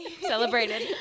celebrated